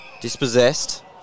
Dispossessed